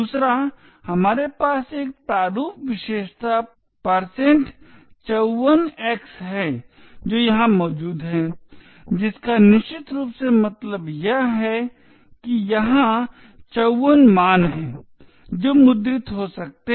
दूसरा हमारे पास एक प्रारूप विशेषता 54x है जो यहां मौजूद है जिसका निश्चित रूप से मतलब है कि यहाँ 54 मान हैं जो मुद्रित हो सकते हैं